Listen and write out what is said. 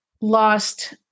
lost